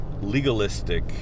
legalistic